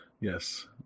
Yes